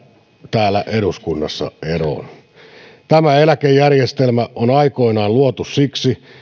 täällä eduskunnassa eroon tämä eläkejärjestelmä on aikoinaan luotu siksi